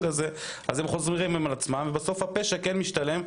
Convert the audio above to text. וכך זה חוזר על עצמו ובסוף הפשע כן משתלם.